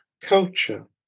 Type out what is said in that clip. culture